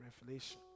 revelation